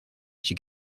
she